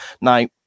Now